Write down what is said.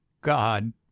god